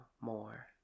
more